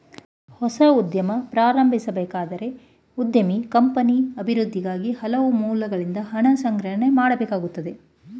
ಹೊಸ ಉದ್ಯಮ ಪ್ರಾರಂಭಿಸಬೇಕಾದರೆ ಉದ್ಯಮಿ ಕಂಪನಿಯ ಅಭಿವೃದ್ಧಿಗಾಗಿ ಹಲವು ಮೂಲಗಳಿಂದ ಹಣ ಸಂಗ್ರಹಣೆ ಮಾಡಬೇಕಾಗುತ್ತದೆ